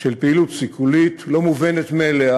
של פעילות סיכולית לא מובנת מאליה